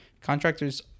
contractors